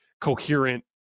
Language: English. coherent